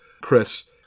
Chris